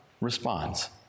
responds